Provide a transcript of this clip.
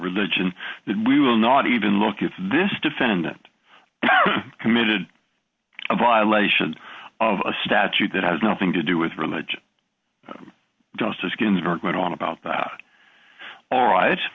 religion that we will not even look at this defendant committed a violation of a statute that has nothing to do with religion justice ginsburg went on about that all right